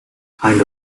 kind